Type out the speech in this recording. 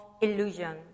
illusion